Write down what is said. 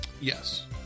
yes